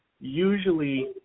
usually